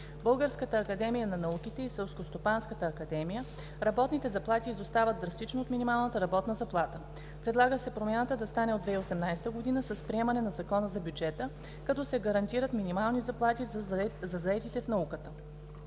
Българската академия на науките и Селскостопанската академия. Работните заплати изостават драстично от минималната работна заплата. Предлага се промяната да стане от 2018 г. с приемане на Закона за бюджета, като се гарантират минимални заплати за заетите в науката.